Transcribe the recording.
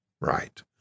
Right